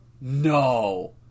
no